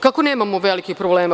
Kako nemamo velikih problema?